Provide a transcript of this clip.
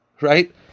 Right